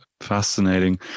Fascinating